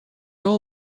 all